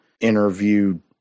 interviewed